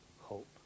hope